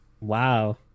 Wow